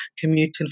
commuting